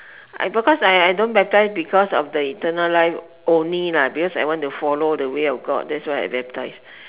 I because I I don't baptise because of the eternal life only lah because I want to follow the way of god that's why I baptise